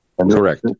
Correct